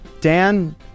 Dan